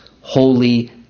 Holy